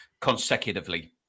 consecutively